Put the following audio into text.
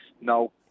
No